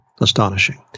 astonishing